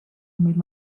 made